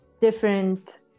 different